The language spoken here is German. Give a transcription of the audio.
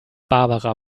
barbara